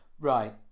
Right